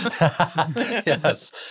Yes